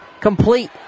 Complete